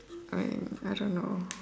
alright I don't know